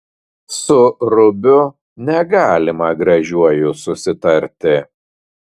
su rubiu negalima gražiuoju susitarti